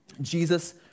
Jesus